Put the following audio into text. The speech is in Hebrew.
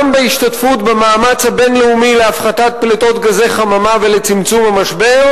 גם בהשתתפות במאמץ הבין-לאומי להפחתת פליטות גזי חממה ולצמצום המשבר,